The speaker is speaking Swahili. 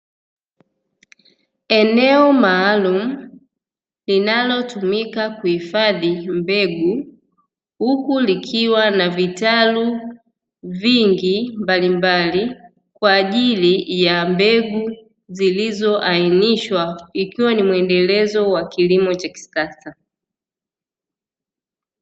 Eneo maalumu linalotumika kuhifadhi mbegu, huku likiwa na vitalu vingi mbalimbali, kwa ajili ya mbegu zilizoainishwa ikiwa ni mwendelezo wa kilimo cha kisasa.